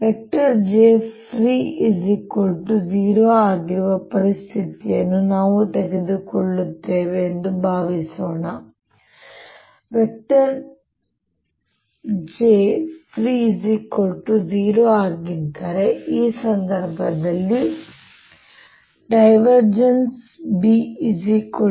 jfree0 ಆಗಿರುವ ಪರಿಸ್ಥಿತಿಯನ್ನು ನಾವು ತೆಗೆದುಕೊಳ್ಳುತ್ತೇವೆ ಎಂದು ಭಾವಿಸೋಣ ಹಾಗಾಗಿ jfree0 ಆಗಿದ್ದರೆ ಆ ಸಂದರ್ಭದಲ್ಲಿ ನಾನು ಯಾವಾಗಲೂ